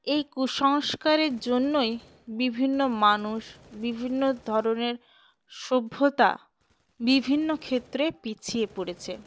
এই কুসংস্কারের জন্যই বিভিন্ন মানুষ বিভিন্ন ধরনের সভ্যতা বিভিন্ন ক্ষেত্রে পিছিয়ে পড়েছে